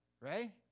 Right